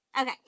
Okay